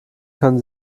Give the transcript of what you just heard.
kann